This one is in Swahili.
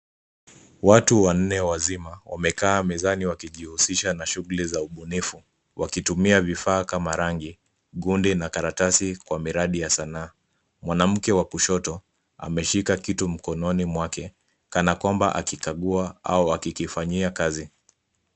Watu wanne wazima wamekaa mezani wakijihusisha na shughuli za ubunifu, wakitumia vifaa kama rangi, gundi na karatasi kwa miradi ya sanaa. Mwanamke wa kushoto ameshika kitu mkononi mwake kana kwamba akikagua au akikifanyia kazi.